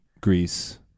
Greece